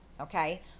Okay